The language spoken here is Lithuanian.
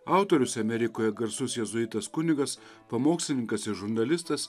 autorius amerikoje garsus jėzuitas kunigas pamokslininkas ir žurnalistas